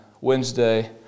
Wednesday